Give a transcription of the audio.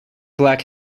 black